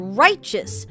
righteous